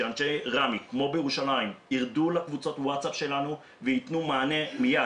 אנשי רמ"י כמו בירושלים ירדו לקבוצות הוואטס אפ שלנו ויתנו מענה מיד.